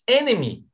enemy